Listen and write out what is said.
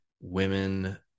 women